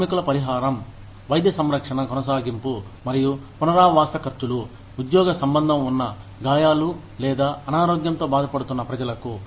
కార్మికుల పరిహారం వైద్య సంరక్షణ కొనసాగింపు మరియు పునరావాస ఖర్చులు ఉద్యోగ సంబంధం ఉన్న గాయాలు లేదా అనారోగ్యంతో బాధపడుతున్న ప్రజలకు